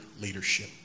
leadership